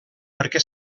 perquè